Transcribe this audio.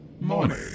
Money